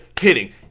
hitting